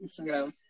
Instagram